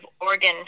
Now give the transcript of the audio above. organ